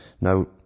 Now